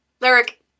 Lyric